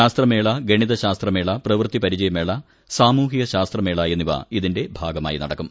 ശാസ്ത്ര മേള ഗണിത ശാസ്ത്രമേള പ്രവൃത്തി പരിചയമേള സാമൂഹ്യ ശാസ്ത്രമേള എന്നിവ ഇതിന്റെ ഭാഗമായി നടക്കും